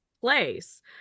place